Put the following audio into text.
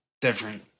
different